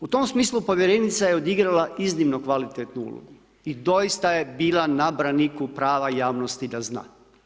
U tom smislu povjerenica je odigrala iznimno kvalitetnu ulogu i doista je bila na braniku prava javnosti da zna.